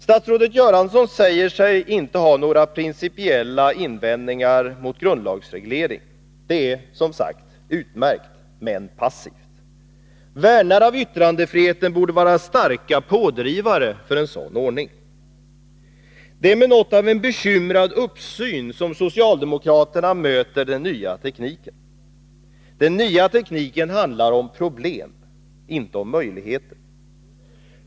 Statsrådet Göransson säger sig inte ha några principiella invändningar mot grundlagsreglering. Det är, som sagt, utmärkt, men passivt. Värnare av yttrandefriheten borde vara starka pådrivare för en sådan ordning. Det är med något av en bekymrad uppsyn som socialdemokraterna möter den nya tekniken. Den handlar för dem om problem — inte om möjligheter.